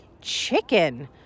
chicken